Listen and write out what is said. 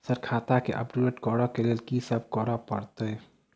Sir खाता केँ update करऽ लेल की सब करै परतै?